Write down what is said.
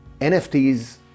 NFTs